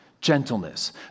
gentleness